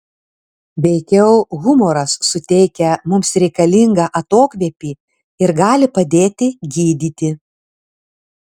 veikiau humoras suteikia mums reikalingą atokvėpį ir gali padėti gydyti